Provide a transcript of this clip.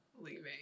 leaving